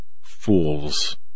fool's